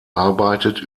arbeitet